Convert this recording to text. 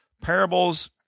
Parables